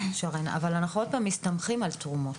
שרן, אנחנו עוד פעם מסתמכים על תרומות.